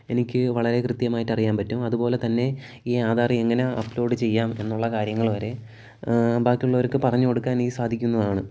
എനിക്ക് വളരെ കൃത്യമായിട്ട് അറിയാൻ പറ്റും അതുപോലെത്തന്നെ ഈ ആധാർ എങ്ങനെ അപ്ലോഡ് ചെയ്യാം എന്നുള്ള കാര്യങ്ങൾ വരെ ബാക്കിയുള്ളവർക്ക് പറഞ്ഞുകൊടുക്കാനെനിക്ക് സാധിക്കുന്നതാണ്